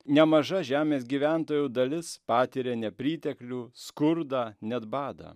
nemaža žemės gyventojų dalis patiria nepriteklių skurdą net badą